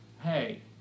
hey